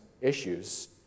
issues